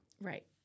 Right